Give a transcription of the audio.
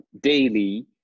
daily